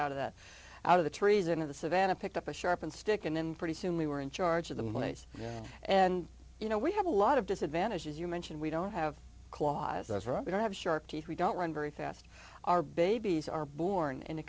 out of that out of the trees into the savannah picked up a sharpened stick and then pretty soon we were in charge of the malays and you know we have a lot of disadvantages you mentioned we don't have clauses for we don't have sharp teeth we don't run very fast our babies are born in a